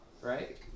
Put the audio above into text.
right